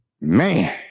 Man